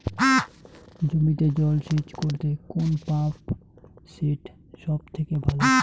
জমিতে জল সেচ করতে কোন পাম্প সেট সব থেকে ভালো?